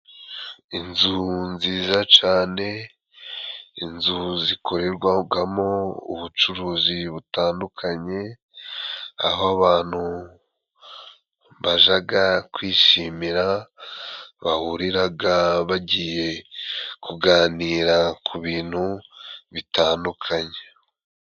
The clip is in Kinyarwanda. Inzu nziza cane, inzu zikorerwagamo ubucuruzi butandukanye aho abantu bajaga kwishimira ,bahuriraga bagiye kuganira ku bintu bitandukanye.